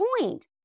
point